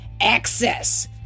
access